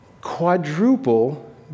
Quadruple